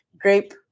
Grape